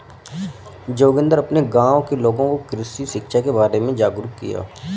जोगिंदर अपने गांव के लोगों को कृषि शिक्षा के बारे में जागरुक किया